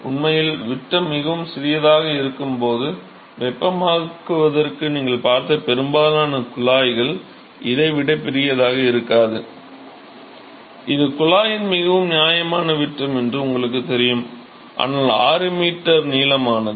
உண்மையில் விட்டம் மிகவும் சிறியதாக இருக்கும் போது வெப்பமாக்குவதற்கு நீங்கள் பார்த்த பெரும்பாலான குழாய்கள் இதை விட பெரியதாக இருக்காது இது குழாயின் மிகவும் நியாயமான விட்டம் என்று உங்களுக்குத் தெரியும் ஆனால் 6 m நீளமானது